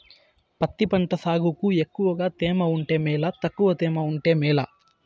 పత్తి పంట సాగుకు ఎక్కువగా తేమ ఉంటే మేలా తక్కువ తేమ ఉంటే మేలా?